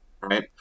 right